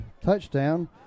touchdown